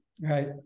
right